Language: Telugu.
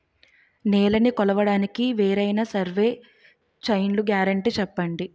నేలనీ కొలవడానికి వేరైన సర్వే చైన్లు గ్యారంటీ చెప్పండి?